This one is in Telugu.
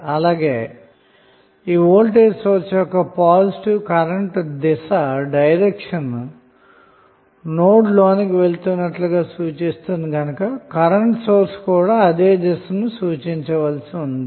అలాగే వోల్టేజ్ సోర్స్ యొక్క పాజిటివ్ కరెంటు దిశ నోడ్ లోనికి వెళుతున్నట్లుగా సూచిస్తుంది గనక కరెంటు సోర్స్ కూడా అదే దిశను సూచించాలి అన్నమాట